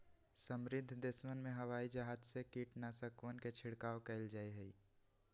समृद्ध देशवन में हवाई जहाज से कीटनाशकवन के छिड़काव कइल जाहई